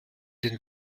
den